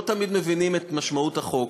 לא תמיד מבינים את משמעות החוק.